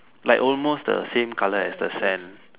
like almost the same color as the sand